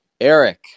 Eric